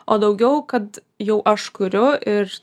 o daugiau kad jau aš kuriu ir